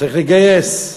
צריך לגייס.